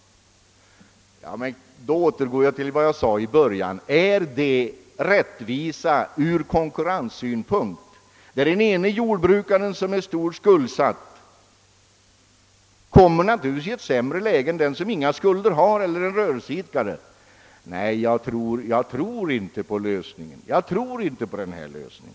Då återgår jag till vad jag sade i början av mitt anförande. Är det rättvist ur konkurrenssynpunkt? En jordbrukare som är kraftigt skuldsatt kommer naturligtvis i ett sämre läge än den som inga skulder har. Nej, jag tror inte på denna lösning.